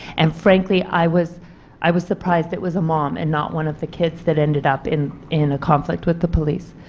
and frankly i was i was surprised it was a mom and not one of the kids that ended up in in a conflict with the police.